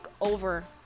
over